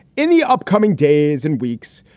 in the upcoming days and weeks,